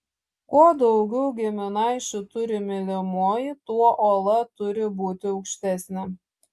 kuo daugiau giminaičių turi mylimoji tuo uola turi būti aukštesnė